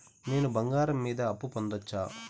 నేను బంగారం మీద అప్పు పొందొచ్చా?